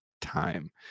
time